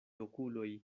okuloj